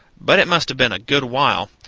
but it must have been a good while,